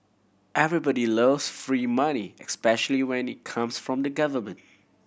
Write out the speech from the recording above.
everybody loves free money especially when it comes from the government